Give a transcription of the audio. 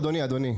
אדוני,